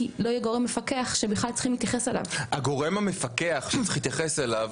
כי לא יהיה גורם מפקח שבכלל צריכים להתייחס אליו.